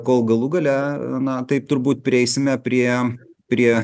kol galų gale a na taip turbūt prieisime prie prie